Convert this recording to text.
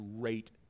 great